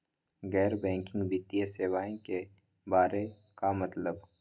गैर बैंकिंग वित्तीय सेवाए के बारे का मतलब?